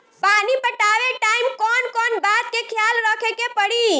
पानी पटावे टाइम कौन कौन बात के ख्याल रखे के पड़ी?